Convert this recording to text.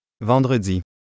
Vendredi